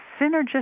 synergistic